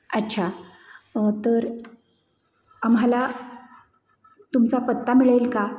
अच्छा तर आम्हाला तुमचा पत्ता मिळेल का